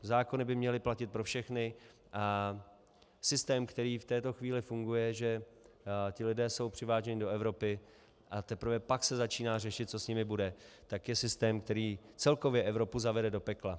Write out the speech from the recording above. Zákony by měly platit pro všechny a systém, který v této chvíli funguje, že ti lidé jsou přiváženi do Evropy, a teprve pak se začíná řešit, co s nimi bude, tak je systém, který celkově Evropu zavede do pekla.